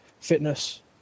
fitness